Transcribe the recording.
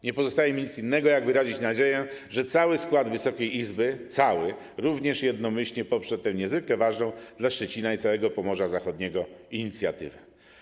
Nie pozostaje mi nic innego, jak wyrazić nadzieję, że cały skład Wysokiej Izby również jednomyślnie poprze tę niezwykle ważną dla Szczecina i całego Pomorza Zachodniego inicjatywę.